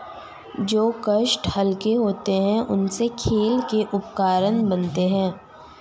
जो काष्ठ हल्के होते हैं, उनसे खेल के उपकरण बनते हैं